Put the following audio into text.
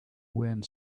wind